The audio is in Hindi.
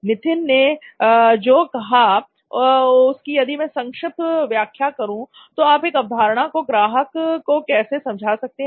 नित्थिन ने जो कहा उसकी यदि मैं संक्षिप्त व्याख्या करूं तो आप एक अवधारणा को ग्राहक को कैसे समझा सकते हैं